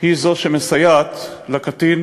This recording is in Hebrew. היא שמסייעת לקטין,